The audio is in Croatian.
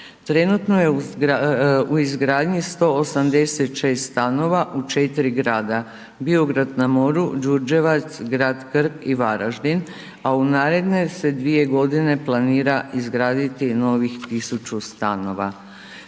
Trenutno je izgradnji 186 stanova u 4 grada, Biograd na Moru, Đurđevac, grad Krk i Varaždin a u naredne se 2 g. planira izgraditi novih 1000 stanova.